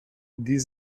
die